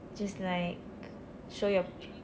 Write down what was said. just like show your